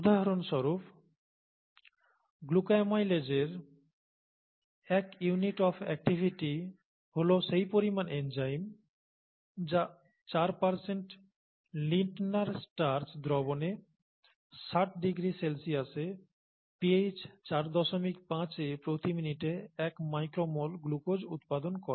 উদাহরণস্বরূপ গ্লুকোএমাইলেজের এক ইউনিট অফ অ্যাক্টিভিটি হল সেই পরিমাণ এনজাইম যা 4 লিন্টনার স্টার্চ দ্রবণে 60 ডিগ্রি সেলসিয়াসে pH 45 এ প্রতি মিনিটে 1 μmol গ্লুকোজ উৎপাদন করে